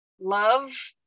love